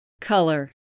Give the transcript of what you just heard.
Color